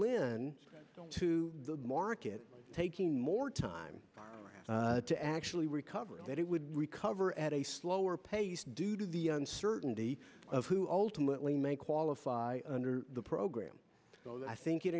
live to the market taking more time to actually recover that it would recover at a slower pace due to the uncertainty of who ultimately may qualify under the program i think it